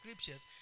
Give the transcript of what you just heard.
scriptures